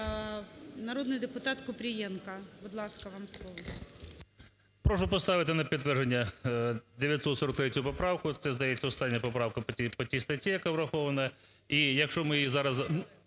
Народний депутат Купрієнко. Будь ласка, вам слово.